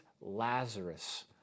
Lazarus